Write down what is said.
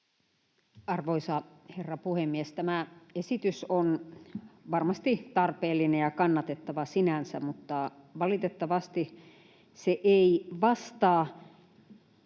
Arvoisa herra puhemies! Tämä esitys on varmasti tarpeellinen ja kannatettava sinänsä, mutta valitettavasti se ei vastaa